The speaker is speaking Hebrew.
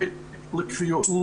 לתת --- לקביעות.